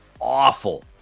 awful